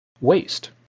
waste